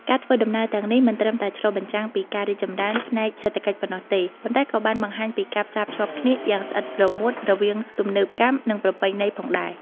ការធ្វើដំណើរទាំងនេះមិនត្រឹមតែឆ្លុះបញ្ចាំងពីការរីកចម្រើនផ្នែកសេដ្ឋកិច្ចប៉ុណ្ណោះទេ ប៉ុន្តែក៏បានបង្ហាញពីការផ្សារភ្ជាប់គ្នាយ៉ាងស្អិតរមួតរវាងទំនើបកម្ម និងប្រពៃណីផងដែរ។